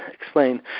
explain